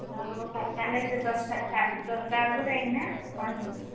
ହଁ ହେଉ କାଲି ତା'ହେଲେ ଦଶଟା ସାଢେଦଶଟା ବେଳକୁ ଯାଇକିନା ପହଞ୍ଚିବୁ